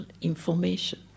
information